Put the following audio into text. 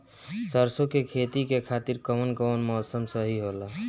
सरसो के खेती के खातिर कवन मौसम सही होला?